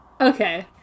Okay